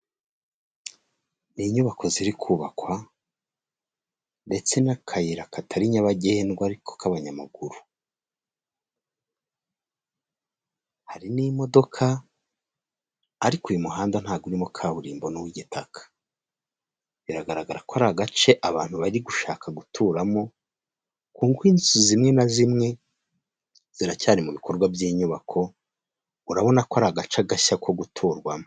Ni inyubako ziri kubakwa ndetse n'akayira katari nyabagendwa ariko kabanyamaguru, harimo imodoka ariko uyu muhanda ntago urimo kaburimbo ni uwigitaka. Biragaragara ko abantu bari gushaka guturamo kuko inzu zimwe na zimwe ziracyari mu bikorwa by'inyubako urabona ko ari agace gashya ko guturwamo.